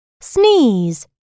Sneeze